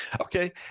Okay